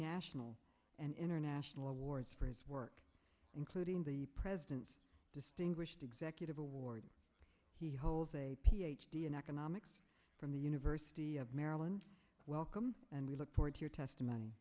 national and international awards for his work including the president distinguished executive award he holds a ph d in economics from the university of maryland welcome and we look forward to your testimony